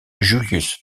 julius